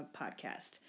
podcast